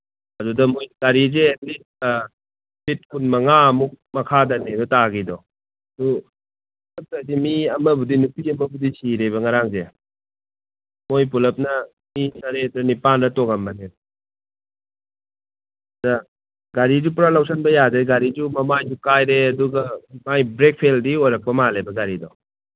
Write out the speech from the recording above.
ꯑꯗꯨꯗ ꯃꯣꯏꯒꯤ ꯒꯥꯔꯤꯁꯦ ꯍꯧꯖꯤꯛ ꯐꯤꯠ ꯀꯨꯟꯃꯉꯥꯃꯨꯛ ꯃꯈꯥꯗꯅꯦꯕ ꯇꯥꯈ꯭ꯔꯤꯗꯣ ꯑꯗꯨ ꯅꯠꯇ꯭ꯔꯗꯤ ꯃꯤ ꯑꯃꯕꯨꯗꯤ ꯅꯨꯄꯤ ꯑꯃꯕꯨꯗꯤ ꯁꯤꯔꯦꯕ ꯉꯔꯥꯡꯁꯦ ꯃꯣꯏ ꯄꯨꯂꯞꯅ ꯃꯤ ꯇꯔꯦꯠꯂꯥ ꯅꯤꯄꯥꯟꯂꯥ ꯇꯣꯡꯉꯝꯕꯅꯦ ꯑꯗ ꯒꯥꯔꯤꯗꯨ ꯄꯨꯔꯥ ꯂꯧꯁꯤꯟꯕ ꯌꯥꯗ꯭ꯔꯦ ꯒꯥꯔꯤꯁꯨ ꯃꯃꯥꯏꯁꯨ ꯀꯥꯏꯔꯦ ꯑꯗꯨꯒ ꯃꯥꯏ ꯕ꯭ꯔꯦꯛ ꯐꯦꯜꯗꯤ ꯑꯣꯏꯔꯛꯞ ꯃꯥꯜꯂꯦꯕ ꯒꯥꯔꯤꯗꯣ